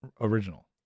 original